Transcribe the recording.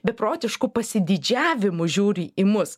beprotišku pasididžiavimu žiūri į mus